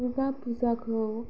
दुर्गा फुजाखौ